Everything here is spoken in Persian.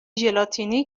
ژلاتینی